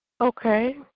Okay